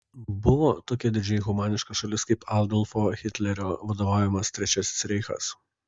buvo tokia didžiai humaniška šalis kaip adolfo hitlerio vadovaujamas trečiasis reichas